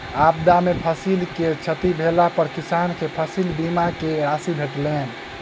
आपदा में फसिल के क्षति भेला पर किसान के फसिल बीमा के राशि भेटलैन